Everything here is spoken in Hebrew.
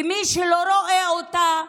ומי שלא רואה אותה,